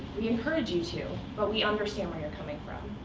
we encourage you to, but we understand where you're coming from.